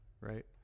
right